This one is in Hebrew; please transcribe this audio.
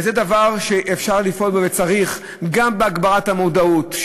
וזה דבר שאפשר לפעול בו וצריך, גם בהגברת המודעות.